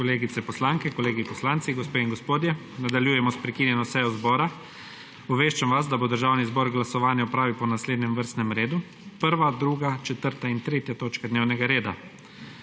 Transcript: kolegice poslanke, kolegi poslanci, gospe in gospodje, nadaljujemo s prekinjeno sejo zbora! Obveščam vas, da bo Državni zbor glasovanje opravil po naslednjem vrstnem redu: 1., 2., 4. in 3. točka dnevnega reda.